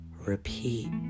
repeat